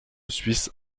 suisse